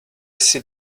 sit